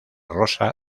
rosa